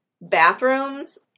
bathrooms